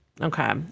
Okay